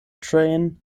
train